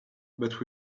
but